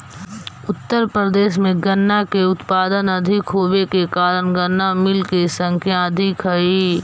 उत्तर प्रदेश में गन्ना के उत्पादन अधिक होवे के कारण गन्ना मिलऽ के संख्या अधिक हई